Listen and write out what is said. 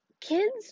kids